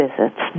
visits